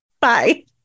Bye